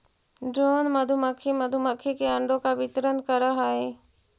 drone मधुमक्खी मधुमक्खी के अंडों का वितरण करअ हई